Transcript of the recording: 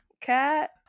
cat